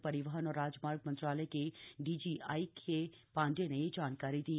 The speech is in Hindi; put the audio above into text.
सड़क परिवहन और राजमार्ग मंत्रालय के डीजी आईके पाण्डे ने यह जानकारी दी